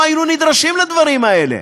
לא היינו נדרשים לדברים האלה,